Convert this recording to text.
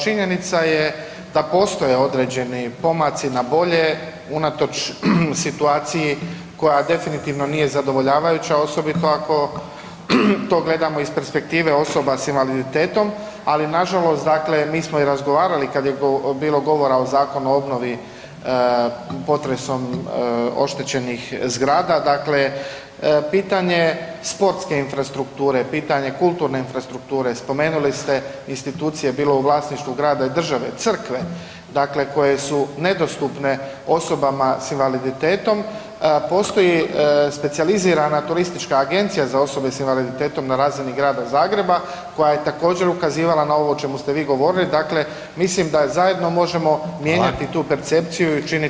Činjenica je da postoje određeni pomaci na bolje unatoč situaciji koja definitivno nije zadovoljavajuća osobito ako to gledamo iz perspektive osoba s invaliditetom, ali nažalost dakle mi smo i razgovarali, kad je bilo govora o Zakonu o obnovi potresom oštećenih zgrada, dakle pitanje sportske infrastrukture, pitanje kulturne infrastrukture, spomenuli ste institucije, bilo u vlasništvu grada i države, crkve, dakle koje su nedostupne osobama s invaliditetom, postoji specijalizirana turistička agencija za osobe s invaliditetom na razini Grada Zagreba koja je također, ukazivala na ovo o čemu ste vi govorili, dakle, mislim da zajedno možemo mijenjati tu percepciju [[Upadica: Hvala.]] i učiniti bolju [[Upadica: Hvala.]] kvalitetu.